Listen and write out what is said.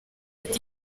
ati